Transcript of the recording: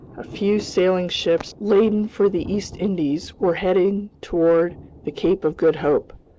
a few sailing ships, laden for the east indies, were heading toward the cape of good hope.